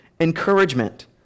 encouragement